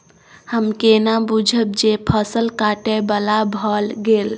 हम केना बुझब जे फसल काटय बला भ गेल?